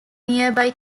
nearby